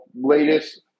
latest